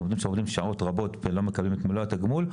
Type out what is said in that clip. עובדים שעובדים שעות רבות ולא מקבלים את מלוא התגמול,